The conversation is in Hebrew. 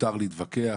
מותר להתווכח,